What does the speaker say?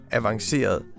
avanceret